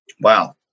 Wow